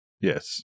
Yes